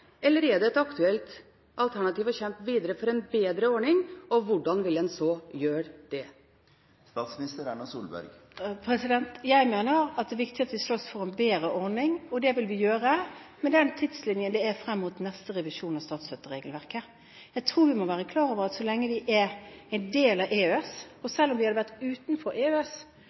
eller er det et aktuelt alternativ å kjempe videre for en bedre ordning, og hvordan vil en så gjøre det? Jeg mener at det er viktig at vi slåss for en bedre ordning, og det vil vi gjøre med den tidslinjen det er frem mot neste revisjon av statsstøtteregelverket. Jeg tror vi må være klar over at så lenge vi er en del av EØS, og selv om vi hadde vært utenfor EØS,